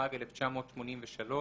התשמ"ג 1983‏